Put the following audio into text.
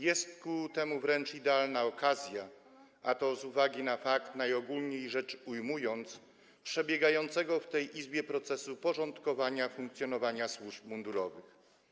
Jest ku temu wręcz idealna okazja, a to z uwagi na fakt, najogólniej rzecz ujmując, przebiegającego w tej Izbie procesu porządkowania funkcjonowania służb mundurowych.